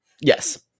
yes